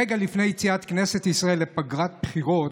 רגע לפני יציאת כנסת ישראל לפגרת בחירות,